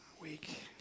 week